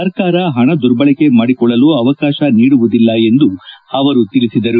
ಸರ್ಕಾರ ಹಣ ದುರ್ಬಳಕೆ ಮಾಡಿಕೊಳ್ಳಲು ಅವಕಾಶ ನೀಡುವುದಿಲ್ಲ ಎಂದು ಅವರು ತಿಳಿಸಿದರು